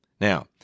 Now